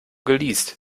geleast